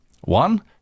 One